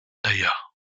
d’ailleurs